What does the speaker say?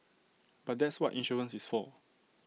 but that's what insurance is for